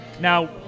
now